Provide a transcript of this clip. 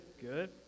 Good